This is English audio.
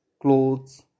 clothes